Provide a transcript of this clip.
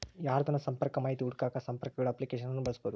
ಯಾರ್ದನ ಸಂಪರ್ಕ ಮಾಹಿತಿ ಹುಡುಕಾಕ ಸಂಪರ್ಕಗುಳ ಅಪ್ಲಿಕೇಶನ್ನ ಬಳಸ್ಬೋದು